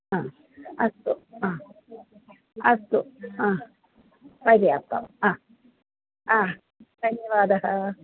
हा अस्तु हा अस्तु हा पर्याप्तं हा हा धन्यवादः